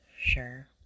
sure